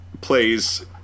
plays